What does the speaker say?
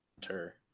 tur